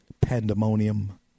pandemonium